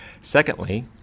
Secondly